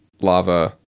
lava